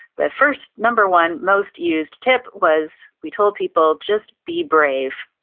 the first, number one most used tip was we told people just be brave.